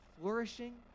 flourishing